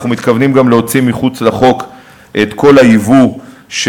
אנחנו מתכוונים גם להוציא מחוץ לחוק את כל היבוא של